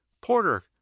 Porter